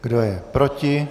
Kdo je proti?